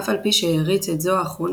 אף על פי שהעריץ את זו האחרונה,